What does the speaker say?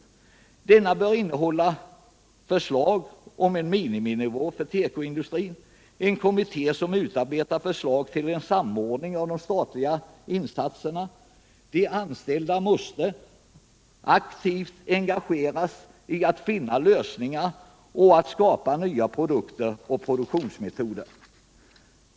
Planen bör innehålla förslag om en miniminivå för tekoindustrin och en kommitté som utarbetar förslag till en samordning av de statliga insatserna. De anställda måste aktivt engagera sig i att finna lösningar och att skapa nya produkter och produktionsmetoder.